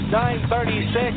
936